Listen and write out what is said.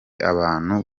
abantu